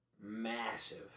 massive